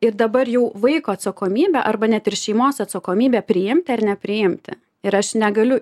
ir dabar jau vaiko atsakomybė arba net ir šeimos atsakomybė priimti ar nepriimti ir aš negaliu